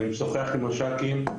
אני משוחח עם מש"קים,